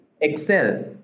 excel